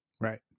Right